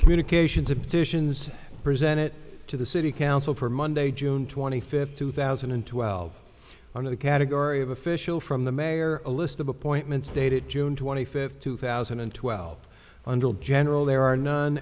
petitions presented to the city council for monday june twenty fifth two thousand and twelve under the category of official from the mayor a list of appointments dated june twenty fifth two thousand and twelve under general there are none